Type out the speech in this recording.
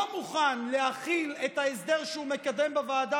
לא מוכן להחיל את ההסדר שהוא מקדם בוועדה